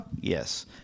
Yes